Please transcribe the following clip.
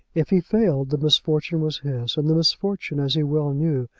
if he failed, the misfortune was his and the misfortune, as he well knew,